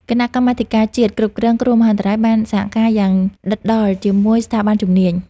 គណៈកម្មាធិការជាតិគ្រប់គ្រងគ្រោះមហន្តរាយបានសហការយ៉ាងដិតដល់ជាមួយស្ថាប័នជំនាញ។